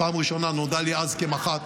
פעם ראשונה נודע לי אז כמח"ט,